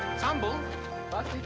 it's humble but